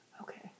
Okay